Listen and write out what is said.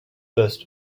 first